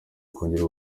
kongerera